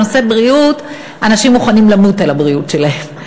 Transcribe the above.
בנושא בריאות, אנשים מוכנים למות על הבריאות שלהם.